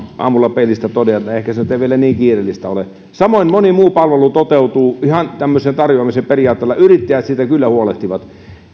aamulla peilistä totean että ehkä se nyt ei vielä niin kiireellistä ole samoin moni muu palvelu toteutuu ihan tämmöisen tarjoamisen periaatteella yrittäjät siitä kyllä huolehtivat